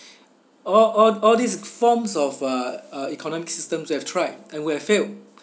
all out all these forms of uh economic systems have tried and we're failed